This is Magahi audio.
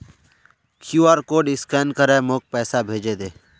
क्यूआर कोड स्कैन करे मोक पैसा भेजे दे